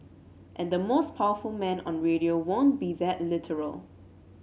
and the most powerful man on radio won't be that literal